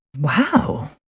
Wow